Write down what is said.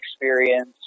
experience